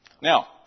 Now